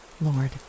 Lord